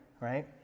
right